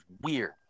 weird